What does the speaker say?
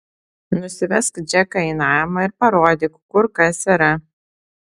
nusivesk džeką į namą ir parodyk kur kas yra